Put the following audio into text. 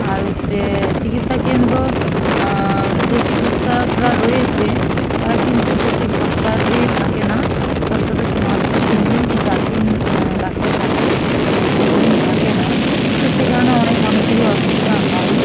আর হচ্ছে চিকিৎসা কেন্দ্র যে চিকিৎসকরা রয়েছে তারা কিন্তু প্রত্যেক সপ্তাহতে থাকে না সপ্তাহতে মাত্র তিন দিন কি চার দিন ডাক্তার থাকে তো প্রতিদিন থাকে না তো সেই কারণে অনেক মানুষেরই অসুবিধা হয়